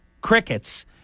crickets